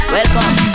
Welcome